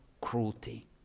cruelty